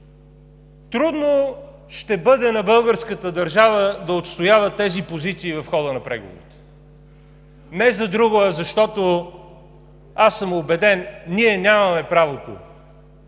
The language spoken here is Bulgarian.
Трудно ще бъде на българската държава да отстоява тези позиции в хода на преговорите, не за друго, а защото аз съм убеден – ние нямаме правото